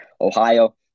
Ohio